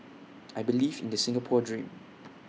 I believe in the Singapore dream